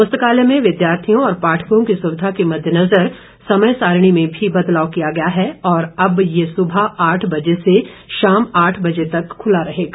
पुस्तकालय में विद्यार्थियों और पाठकों की सुविधा के मददेनजर समय सारिणी में भी बदलाव किया गया है और अब ये सुबह आठ बजे से शाम आठ बजे तक खुला रहेगा